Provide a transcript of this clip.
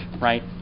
right